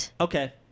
okay